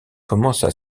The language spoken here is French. commença